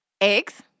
Eggs